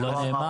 הוא לא אמר.